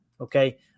Okay